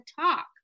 talk